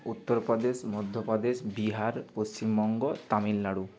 Uttar Pradesh Madhya Pradesh Bihar Paschimbanga Tamil Nadu